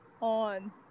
on